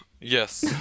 yes